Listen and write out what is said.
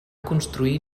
construir